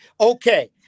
okay